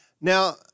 Now